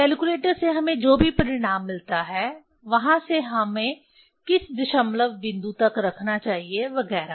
calculator से हमें जो भी परिणाम मिलता है वहां से हमें किस दशमलव बिंदु तक रखना चाहिए वगैरह